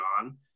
on